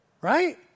right